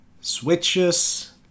switches